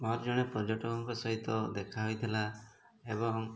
ମୋର ଆଜି ଜଣେ ପର୍ଯ୍ୟଟକଙ୍କ ସହିତ ଦେଖା ହେଇଥିଲା ଏବଂ